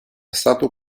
stato